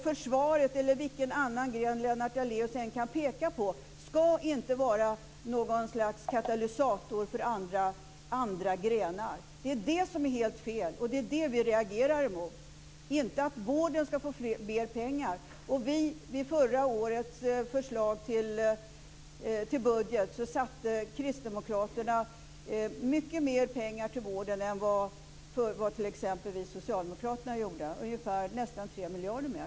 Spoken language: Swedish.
Försvaret eller vilken annan gren Lennart Daléus än kan peka på ska inte vara något slags katalysator för andra grenar. Det är helt fel, och det är det som vi reagerar mot, inte att vården ska få mer pengar. I förra årets förslag till budget avsatte Kristdemokraterna mycket mer pengar till vården än vad t.ex. Socialdemokraterna gjorde. Det var nästan 3 miljarder mer.